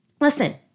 Listen